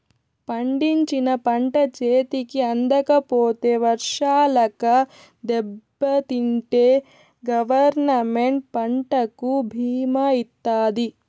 పండించిన పంట చేతికి అందకపోతే వర్షాలకు దెబ్బతింటే గవర్నమెంట్ పంటకు భీమా ఇత్తాది